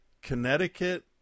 Connecticut